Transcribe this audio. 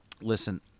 Listen